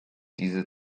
diese